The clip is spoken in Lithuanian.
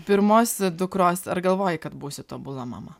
pirmos dukros ar galvojai kad būsi tobula mama